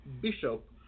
bishop